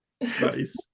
Nice